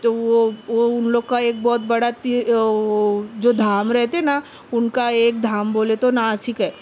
تو وہ اُن لوگ کا ایک بہت بڑا وہ جو دھام رہتے ہیں نا اُن کا ایک دھام بولے تو ناسک ہے